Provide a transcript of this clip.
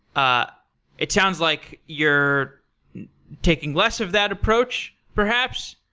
ah it sounds like you're taking less of that approach, perhaps.